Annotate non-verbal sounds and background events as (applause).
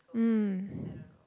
mm (breath)